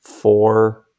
four